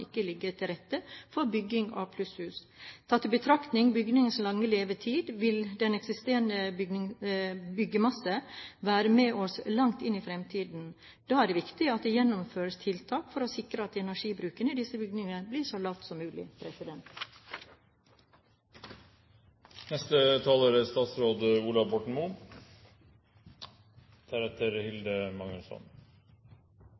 ikke ligger til rette for bygging av plusshus. Tatt i betraktning bygningers lange levetid vil den eksisterende byggmassen være med oss langt inn i fremtiden. Da er det viktig at det gjennomføres tiltak for å sikre at energibruken i disse bygningene blir så lav som mulig.